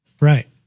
Right